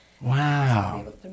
Wow